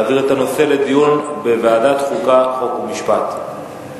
להעביר את הנושא לדיון בוועדת החוקה, חוק ומשפט.